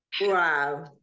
Wow